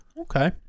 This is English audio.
Okay